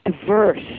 diverse